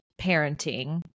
Parenting